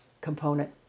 component